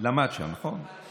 למד שם, נכון?